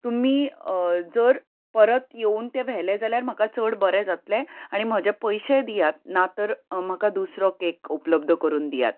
तुमी जर परत येवन तें व्हेलें जाल्यार म्हाका चड बरें जातलें आनी म्हजे पयशेय दियात ना तर म्हाका दुसरो केक उपलब्द करून दियात